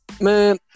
Man